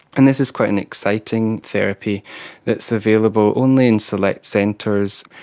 and this is quite an exciting therapy that's available only in select centres,